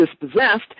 dispossessed